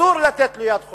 אסור לתת לו יד חופשית.